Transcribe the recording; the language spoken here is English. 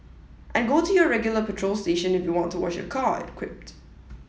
and go to your regular petrol station if you want to wash your car it quipped